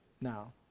now